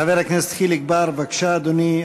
חבר הכנסת חיליק בר, בבקשה, אדוני.